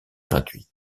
gratuit